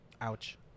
Ouch